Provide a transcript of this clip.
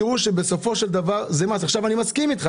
אני מסכים איתך,